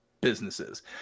businesses